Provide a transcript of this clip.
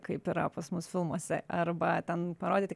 kaip yra pas mus filmuose arba ten parodyti